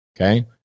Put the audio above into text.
Okay